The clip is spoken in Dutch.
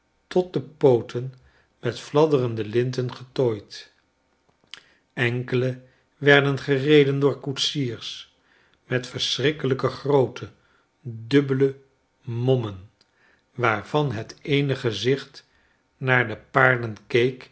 tot de pooten met fladderende linten getooid enkele werden gereden door koetsiers met verschrikkelijke groote dubbele mommen waarvanhet eene gezicht naar de